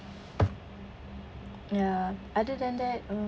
ya other than that mm